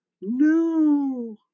no